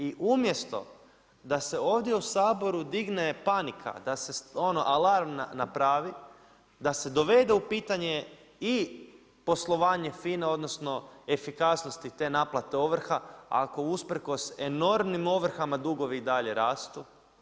I umjesto da se ovdje u Saboru digne panika, da se ono alarm napravi, da se dovede u pitanje i poslovanje FINA-e, odnosno, efikasnosti te naplate ovrha, ako usprkos enormnim ovrhama dugovi i dalje raste.